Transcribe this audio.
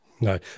No